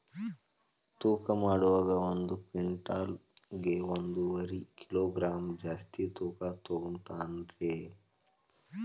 ತೂಕಮಾಡುವಾಗ ಒಂದು ಕ್ವಿಂಟಾಲ್ ಗೆ ಒಂದುವರಿ ಕಿಲೋಗ್ರಾಂ ಜಾಸ್ತಿ ಯಾಕ ತೂಗ್ತಾನ ರೇ?